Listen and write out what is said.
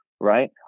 right